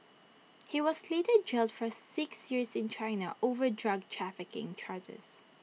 he was later jailed for six years in China over drug trafficking charges